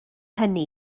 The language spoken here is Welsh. hynny